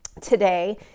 today